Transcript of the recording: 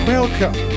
Welcome